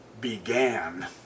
began